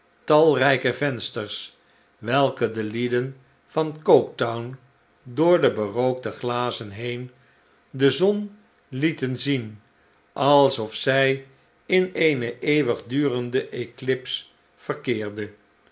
talrijke vensters welke de lieden van coketown door de berookte glazen heen de zon lieten zien alsof zij in eene eeuwigdurende eclips verkeerde